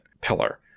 pillar